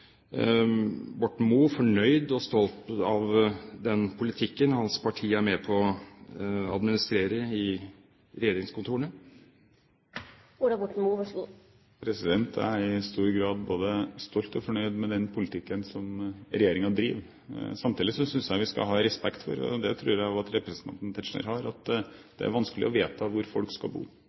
fornøyd med og stolt av den politikken hans parti er med på å administrere i regjeringskontorene? Jeg er i stor grad både stolt av og fornøyd med den politikken som regjeringen fører. Samtidig synes jeg vi skal ha respekt for – og det tror jeg også representanten Tetzschner har – at det er vanskelig å vedta hvor folk skal bo.